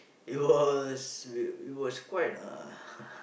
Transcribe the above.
you all it was quite a